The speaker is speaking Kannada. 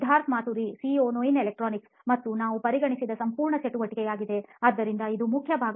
Siddharth Maturi CEO Noyin electronics ಮತ್ತು ನಾವು ಪರಿಗಣಿಸಿದ ಸಂಪೂರ್ಣ ಚಟುವಟಿಕೆಯಾಗಿದೆ ಆದ್ದರಿಂದ ಅದು ಮುಖ್ಯ ಭಾಗವಾಗಿದೆ